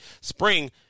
spring